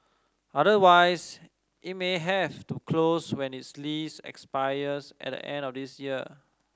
otherwise it may have to close when its lease expires at the end of this year